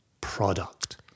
product